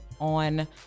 on